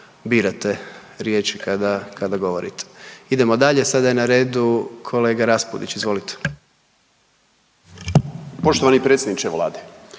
birate riječi kada govorite. Idemo dalje, sada je na redu kolega Raspudić, izvolite. **Raspudić, Nino